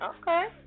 Okay